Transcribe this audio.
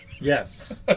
Yes